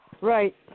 Right